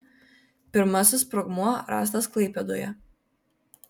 pirmasis sprogmuo rastas klaipėdoje